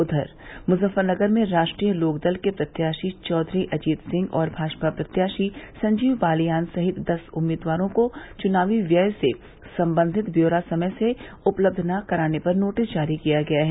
उधर मुजफ्फरनगर में राष्ट्रीय लोकदल के प्रत्याशी चौधरी अजीत सिंह और भाजपा प्रत्याशी संजीव बालियान सहित दस उम्मीदवारों को चुनावी व्यय से संबंधित ब्यौरा समय से उपलब्ध न कराने पर नोटिस जारी किया गया है